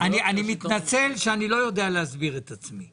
--- אני מתנצל שאני לא יודע להסביר את עצמי.